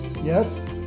Yes